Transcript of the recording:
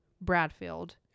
Bradfield